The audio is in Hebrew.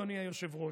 אדוני היושב-ראש,